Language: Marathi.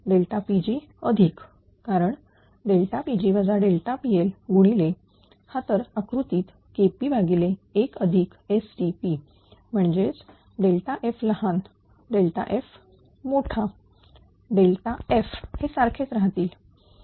Pg अधिक कारण Pg PL गुणिले हा तर आकृतीत KP1STP म्हणजेच f लहान f मोठा F हे सारखेच आहेत